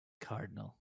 cardinal